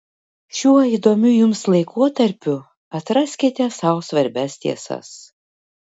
šiuo įdomiu jums laikotarpiu atraskite sau svarbias tiesas